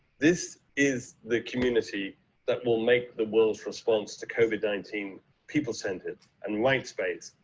this is the community that will make the world's response to covid nineteen people-centred and rights-based.